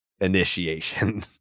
initiation